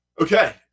Okay